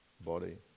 body